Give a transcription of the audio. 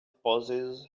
poses